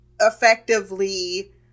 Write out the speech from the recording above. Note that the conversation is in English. effectively